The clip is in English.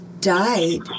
died